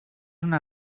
una